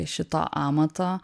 šito amato